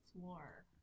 floor